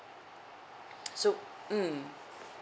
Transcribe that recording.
so mm